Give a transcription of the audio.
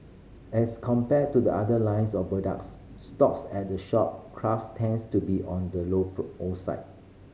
as compared to the other lines of products stocks at the shop craft tends to be on the outside